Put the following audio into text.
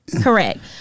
Correct